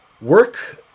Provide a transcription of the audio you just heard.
work